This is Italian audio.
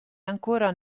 ancora